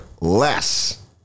Less